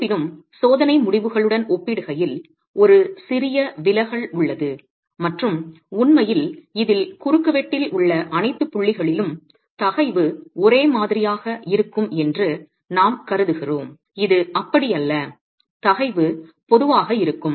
இருப்பினும் சோதனை முடிவுகளுடன் ஒப்பிடுகையில் ஒரு சிறிய விலகல் உள்ளது மற்றும் உண்மையில் இதில் குறுக்குவெட்டில் உள்ள அனைத்து புள்ளிகளிலும் தகைவு ஒரே மாதிரியாக இருக்கும் என்று நாம் கருதுகிறோம் இது அப்படியல்ல தகைவு பொதுவாக இருக்கும்